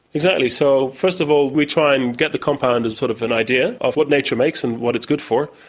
exactly. so first of all we try and get the compound as sort of an idea of what nature makes and what it's good for,